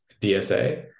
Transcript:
DSA